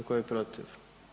Tko je protiv?